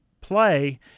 play